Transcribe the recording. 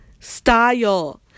style